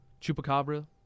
Chupacabra